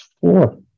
four